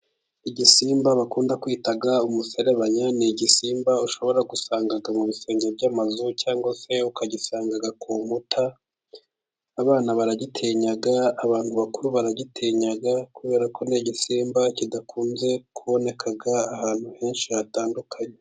igisimba bakunda kwita umuserebanya, ni igisimba ushobora gusanga mu bisenge by'amazu cyangwa se ukagisanga ku nkuta, abana baragitinya, abantu bakuru baragitinya, kubera ko ni igisimba kidakunze kuboneka, ahantu henshi hatandukanye.